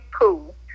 cool